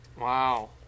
Wow